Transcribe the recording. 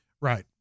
Right